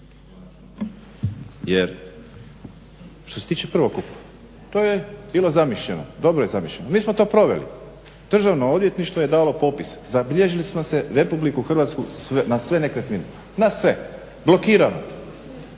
što se tiče prvokup, to je bilo zamišljeno, dobro je zamišljeno, mi smo to proveli, Državno odvjetništvo je dalo popis, zabilježili smo si RH na sve nekretnine, blokirano,